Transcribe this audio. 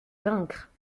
vaincre